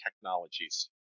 technologies